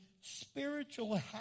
spiritual